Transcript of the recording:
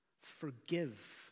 Forgive